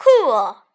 cool